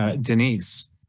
Denise